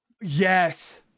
Yes